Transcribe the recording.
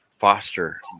foster